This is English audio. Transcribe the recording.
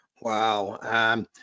wow